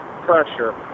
pressure